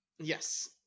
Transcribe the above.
Yes